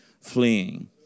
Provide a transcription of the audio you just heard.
fleeing